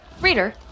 Reader